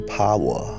power